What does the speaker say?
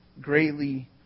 greatly